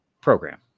program